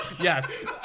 Yes